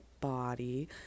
body